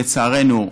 לצערנו,